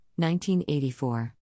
1984